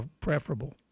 preferable